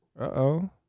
Uh-oh